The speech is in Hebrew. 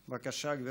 בבקשה, גברתי.